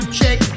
check